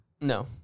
No